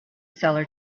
seller